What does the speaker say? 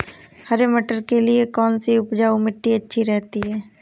हरे मटर के लिए कौन सी उपजाऊ मिट्टी अच्छी रहती है?